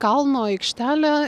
kalno aikštelę